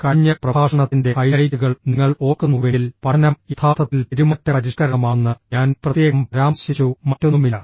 കഴിഞ്ഞ പ്രഭാഷണത്തിന്റെ ഹൈലൈറ്റുകൾ നിങ്ങൾ ഓർക്കുന്നുവെങ്കിൽ പഠനം യഥാർത്ഥത്തിൽ പെരുമാറ്റ പരിഷ്ക്കരണമാണെന്ന് ഞാൻ പ്രത്യേകം പരാമർശിച്ചു മറ്റൊന്നുമില്ല